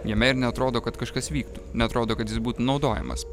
jame ir neatrodo kad kažkas vyktų neatrodo kad jis būtų naudojamas